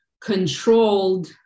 controlled